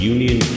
Union